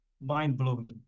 mind-blowing